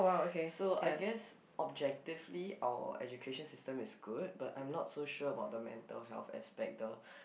so I just objectively our education system is good but I'm so sure about the mental aspect the